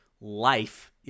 life